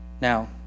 Now